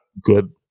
good